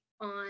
on